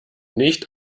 nicht